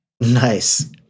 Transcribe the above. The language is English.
Nice